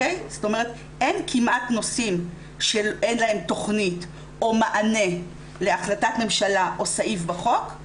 אין כמעט נושאים שאין להם תכנית או מענה להחלטת ממשלה או סעיף בחוק,